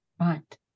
Right